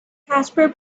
casper